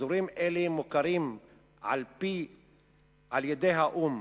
אזורים אלה מוכרים על-ידי האו"ם